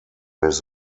his